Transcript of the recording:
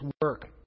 work